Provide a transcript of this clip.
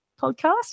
podcast